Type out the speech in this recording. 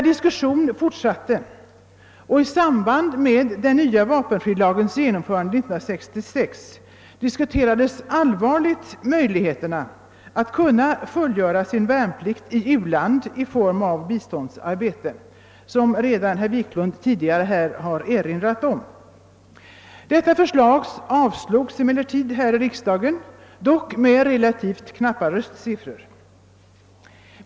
Diskussionen fortsatte, och i samband med den nya vapenfrilagens genomförande år 1966 diskuterades allvarligt möjligheterna att fullgöra värnplikt i u-land i form av biståndsarbete, såsom herr Wiklund i Stockholm redan har erinrat om. Detta förslag avslogs emellertid här i riksdagen, dock med relativt knappa röstsiffror.